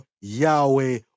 Yahweh